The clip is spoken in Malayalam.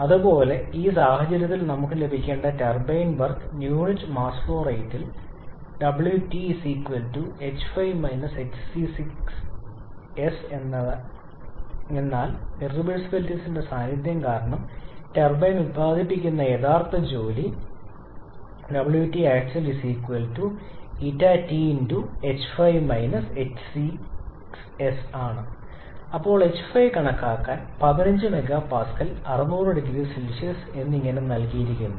അതുപോലെ ഈ സാഹചര്യത്തിൽ നമുക്ക് ലഭിക്കേണ്ട turbine work unit mass flow റേറ്റിൽ 𝑊𝑇 ℎ5 ℎ6𝑠 എന്നാൽ ഇർറിവേഴ്സിബിലിറ്റീസ്ന്റെ സാന്നിധ്യം കാരണം ടർബൈൻ ഉൽപാദിപ്പിക്കുന്ന യഥാർത്ഥ ജോലി 𝑊𝑇𝑎𝑐𝑡𝑢𝑎𝑙 𝜂𝑇ℎ5 ℎ6𝑠 ഇപ്പോൾ h5 കണക്കാക്കാൻ 15 MPa 600 0C എന്നിങ്ങനെ നൽകിയിരിക്കുന്നു